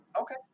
Okay